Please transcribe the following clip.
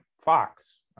fox